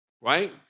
Right